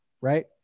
right